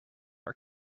are